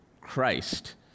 Christ